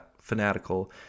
fanatical